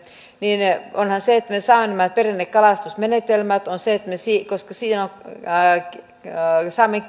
niin onhan se että me saamme nämä perinnekalastusmenetelmät koska siinä on saamen